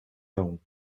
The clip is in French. laon